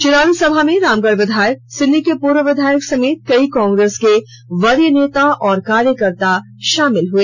चुनावी सभा में रामगढ़ विधायक सिल्ली के पूर्व विधायक समेत कई कांग्रेस के वरीय नेता और कार्यकर्ता शामिल हुए